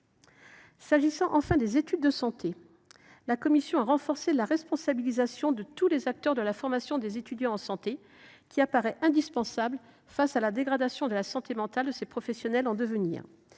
qui concerne les études en santé, la commission a renforcé la responsabilisation de tous les acteurs de la formation des étudiants de ces filières. Cette mesure apparaît indispensable face à la dégradation de la santé mentale de ces professionnels en devenir.